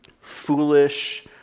foolish